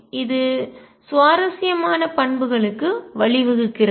இது சுவாரஸ்யமான பண்புகளுக்கு வழிவகுக்கிறது